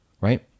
right